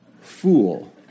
fool